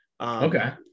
Okay